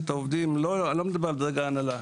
את העובדים אני לא מדבר על דרג ההנהלה,